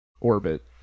orbit